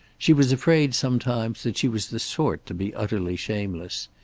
she was afraid sometimes that she was the sort to be utterly shameless.